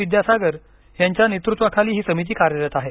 विद्यासागर यांच्या नेतृत्वाखाली ही समिती कार्यरत आहे